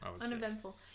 Uneventful